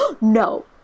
No